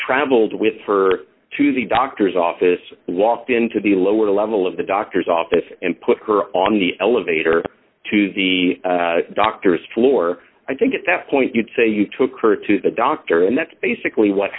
traveled with for to the doctor's office and walked into the lower level of the doctor's office and put her on the elevator to the doctor's floor i think at that point you'd say you took her to the doctor and that's basically what